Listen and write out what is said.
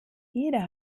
jeder